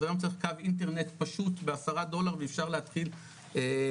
אז היום צריך קו אינטרנט פשוט בעשרה דולר ואפשר להתחיל לתקוף.